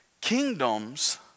kingdoms